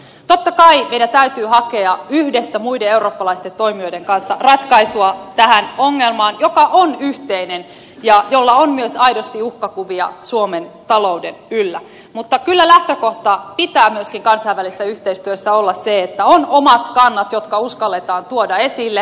totta kai meidän täytyy hakea yhdessä muiden eurooppalaisten toimijoiden kanssa ratkaisua tähän ongelmaan joka on yhteinen ja josta tulee myös aidosti uhkakuvia suomen talouden ylle mutta kyllä lähtökohdan pitää myöskin kansainvälisessä yhteistyössä olla se että on omat kannat jotka uskalletaan tuoda esille